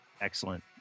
Excellent